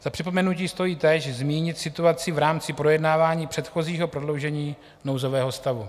Za připomenutí stojí teď zmínit situaci v rámci projednávání předchozího prodloužení nouzového stavu.